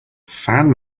fan